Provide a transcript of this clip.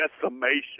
decimation